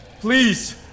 Please